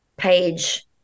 page